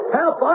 help